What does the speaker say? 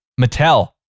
Mattel